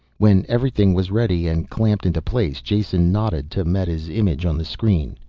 when everything was ready and clamped into place, jason nodded to meta's image on the screen.